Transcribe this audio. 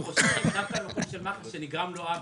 אני חושב דווקא שבמקום של מח"ש נגרם לו עוול,